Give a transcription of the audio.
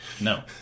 No